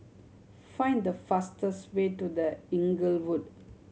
find the fastest way to The Inglewood